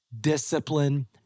discipline